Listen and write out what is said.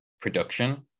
production